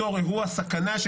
בתור אירוע סכנה.